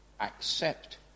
Accept